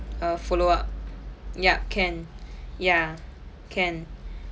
uh follow up ya can ya can